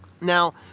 Now